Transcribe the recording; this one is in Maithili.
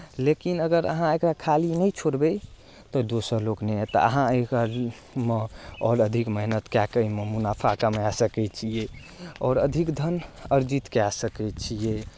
लेकिन अगर अहाँ एकरा खाली नहि छोड़बै तऽ दोसर लोक नहि अयता अहाँ एकरमे आओर अधिक मेहनत कए कऽ एहिमे मुनाफा कमाए सकै छियै आओर अधिक धन अर्जित कए सकै छियै